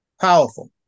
Powerful